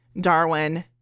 Darwin